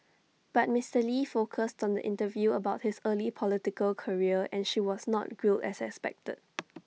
but Mister lee focused on the interview about his early political career and she was not grilled as expected